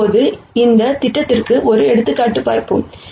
இப்போது இந்த திட்டத்திற்கு ஒரு எடுத்துக்காட்டு பார்ப்போம்